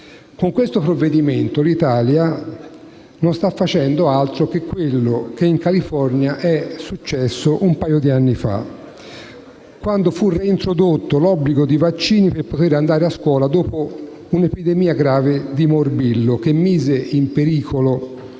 Con il provvedimento in esame l'Italia sta facendo quello che in California è successo un paio di anni fa, quando è stato reintrodotto l'obbligo dei vaccini per poter andare a scuola dopo un'epidemia grave di morbillo, che mise in pericolo